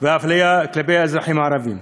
והאפליה כלפי האזרחים הערבים.